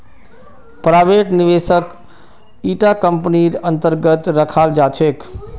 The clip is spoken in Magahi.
प्राइवेट निवेशकक इटा कम्पनीर अन्तर्गत रखाल जा छेक